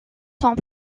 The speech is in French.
sont